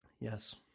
yes